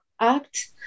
act